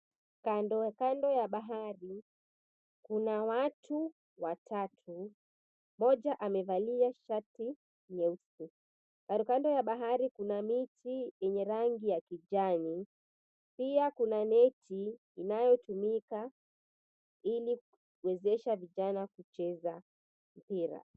Kando kando ya bahari kuna watu watatu. Mmoja amevalia shati nyeusi. Kando kando ya bahari kuna miti yenye rangi ya kijani. Pia kuna neti inayowezesha vijana kucheza mpira.